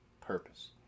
purpose